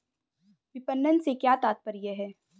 विपणन से क्या तात्पर्य है?